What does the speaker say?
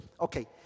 Okay